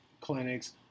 clinics